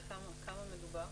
בכמה מדובר?